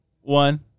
one